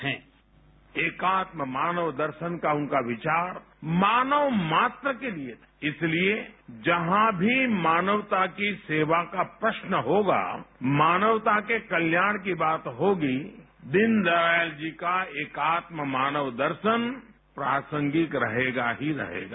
sound bite एकात्म मानव दर्शन का उनका विचार मानव मात्र के लिए इसलिए जहां भी मानवता की सेवा का प्रश्न होगा मानवता के कल्याण की बात होगी दीनदयाल जी का एकात्म मानव दर्शन प्रासंगिक रहेगा ही रहेगा